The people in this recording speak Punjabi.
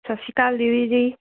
ਸਤਿ ਸ਼੍ਰੀ ਅਕਾਲ ਦੀਦੀ ਜੀ